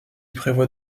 prévoit